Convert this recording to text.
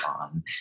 on